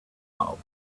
out